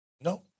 No